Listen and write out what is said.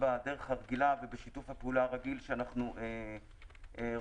הרגילה ובשיתוף העולה הרגיל שאנחנו רוצים.